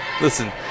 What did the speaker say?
listen